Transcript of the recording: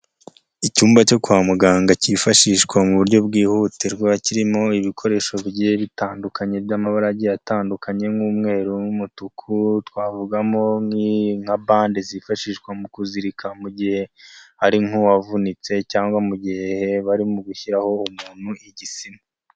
Icyumba cyo kwa muganga cyifashishwa mu buryo bwihutirwa kirimo ibikoresho bitandukanye by'amabara agiye atandukanye nk'umweru n'umutuku, twavugamo nka bande zifashishwa mu kuzirika mu gihe hari nk'uwavunitse, cyangwa mu mugihe barimo gushyiraho umuntu igisima.